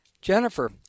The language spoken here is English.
Jennifer